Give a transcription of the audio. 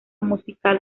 musical